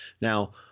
Now